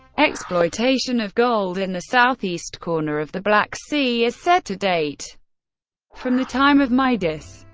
exploitation of gold in the south-east corner of the black sea is said to date from the time of midas,